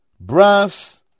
brass